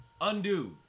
Undo